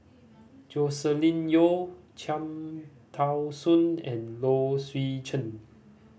Joscelin Yeo Cham Tao Soon and Low Swee Chen